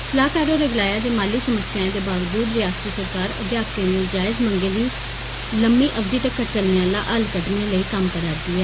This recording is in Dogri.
सलाहकार होरें गलाया जे माली समस्याए दे बावजूद रियासती सरकार अध्यापकें दियें जायज़ मंगें दा लम्मी अवधि तक्कर चलने आला हल कड्डने लेई कम्म करा दी ऐ